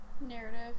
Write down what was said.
narrative